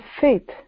faith